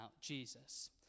jesus